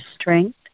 strength